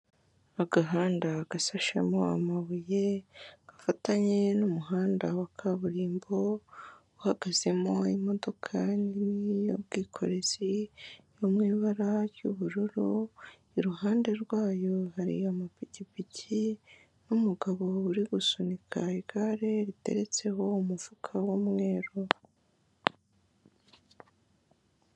Agahanda gasashemo amabuye, gafatanye n'umuhanda wa kaburimbo, uhagazemo imodoka nini y'ubwikorezi, mu ibara ry'ubururu, iruhande rwayo hari amapikipiki n'umugabo uri gusunika igare riteretseho umufuka w'umweru.